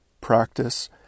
practice